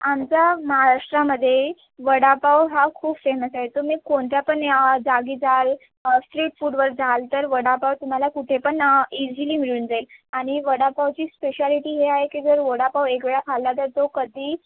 आमच्या महाराष्ट्रामध्ये वडापाव हा खूप फेमस आहे तुम्ही कोणत्या पण या जागी जाल स्ट्रीट फूडवर जाल तर वडापाव तुम्हाला कुठे पण इझिली मिळून जाईल आणि वडापावची स्पेशालिटी हे आहे की जर वडापाव एक वेळा खाल्ला तर तो कधीही